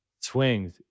Swings